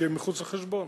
כי הם מחוץ לחשבון.